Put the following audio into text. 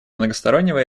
многостороннего